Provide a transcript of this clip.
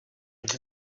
для